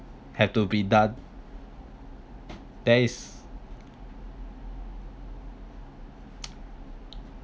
had to be done there's